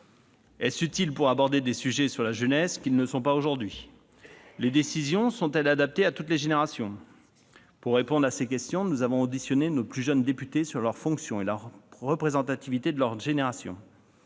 Serait-ce utile pour aborder des sujets concernant la jeunesse dont on ne traiterait pas aujourd'hui ? Les décisions sont-elles adaptées à toutes les générations ? Pour répondre à ces questions, nous avons auditionné nos plus jeunes députés sur leur fonction et la représentativité de leur génération.